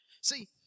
See